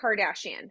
Kardashian